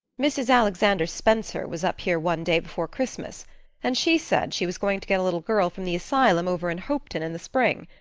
mrs. alexander spencer was up here one day before christmas and she said she was going to get a little girl from the asylum over in hopeton in the spring.